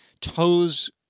toes